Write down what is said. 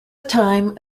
time